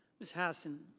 miss hassan.